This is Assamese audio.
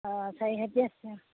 অঁ চাৰি আছে